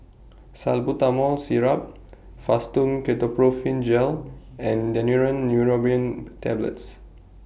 Salbutamol Syrup Fastum Ketoprofen Gel and Daneuron Neurobion Tablets